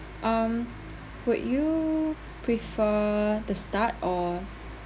um will you prefer the start or